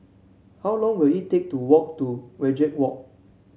how long will it take to walk to Wajek Walk